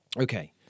Okay